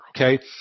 Okay